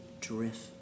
drift